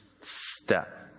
step